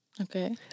Okay